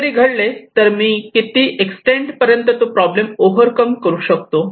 काहीतरी घडले तर मी किती एक्सटेंड पर्यंत तो प्रॉब्लेम ओव्हर कम करू शकतो